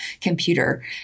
computer